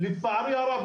לצערי הרב,